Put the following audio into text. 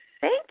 Thank